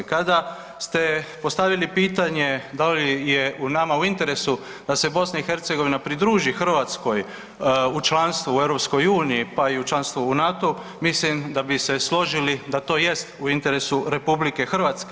Kada ste postavili pitanje da li je nama u interesu da se BiH pridruži Hrvatskoj u članstvu u EU, pa i u članstvu u NATO-u, mislim da bi se složili da to jest u interesu RH.